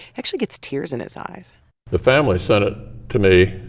actually gets tears in his eyes the family sent it to me